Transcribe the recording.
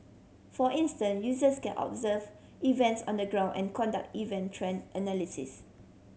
for instance users can observe events on the ground and conduct event trend analysis